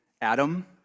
Adam